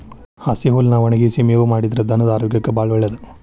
ಹಸಿ ಹುಲ್ಲನ್ನಾ ಒಣಗಿಸಿ ಮೇವು ಮಾಡಿದ್ರ ಧನದ ಆರೋಗ್ಯಕ್ಕೆ ಬಾಳ ಒಳ್ಳೇದ